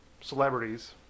Celebrities